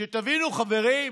שתבינו, חברים,